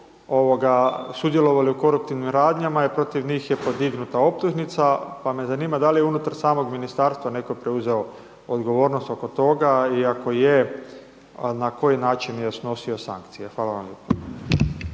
sudjelovali u koruptivnim radnjama i protiv njih je podignuta optužnica pa me zanima da li je unutar samog ministarstva netko preuzeo odgovornost oko toga i ako je na koji način je snosio sankcije? Hvala vam lijepa.